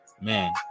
man